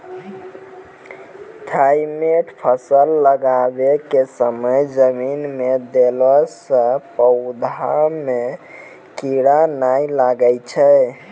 Thimet फ़सल लगाबै के समय जमीन मे देला से पौधा मे कीड़ा नैय लागै छै?